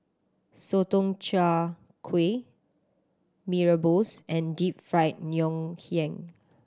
Sotong Char Kway Mee Rebus and Deep Fried Ngoh Hiang